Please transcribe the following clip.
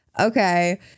Okay